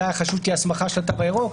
כהסמכה של התו הירוק,